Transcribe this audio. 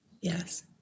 Yes